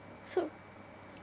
so